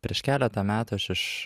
prieš keletą metų aš iš